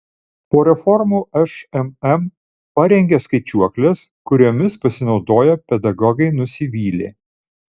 po reformų šmm parengė skaičiuokles kuriomis pasinaudoję pedagogai nusivylė